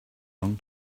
long